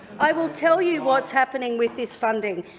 i will tell you what's happening with this funding.